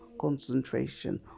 concentration